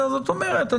זאת אומרת,